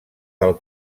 del